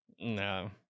no